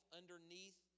underneath